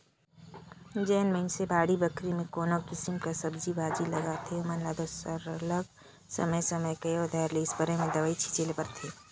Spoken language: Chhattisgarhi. जेन मइनसे बाड़ी बखरी में कोनो किसिम कर सब्जी भाजी लगाथें ओमन ल दो सरलग समे समे कइयो धाएर ले इस्पेयर में दवई छींचे ले परथे